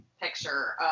picture